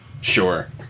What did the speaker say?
Sure